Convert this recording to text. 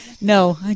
No